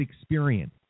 experience